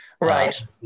right